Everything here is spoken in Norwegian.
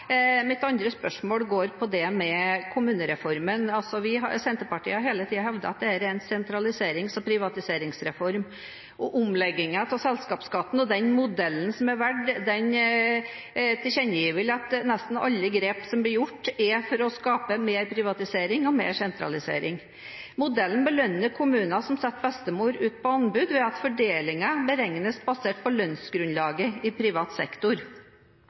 Mitt andre spørsmål går på det med kommunereformen. Senterpartiet har hele tiden hevdet at dette er en sentraliserings- og privatiseringsreform, og omleggingen av selskapsskatten og den modellen som er valgt, tilkjennegir vel at nesten alle grep som blir gjort, er for å skape mer privatisering og mer sentralisering. Modellen belønner kommuner som setter bestemor ut på anbud, ved at fordelingen beregnes basert på lønnsgrunnlaget i privat sektor.